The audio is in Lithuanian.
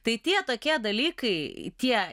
tai tie tokie dalykai tie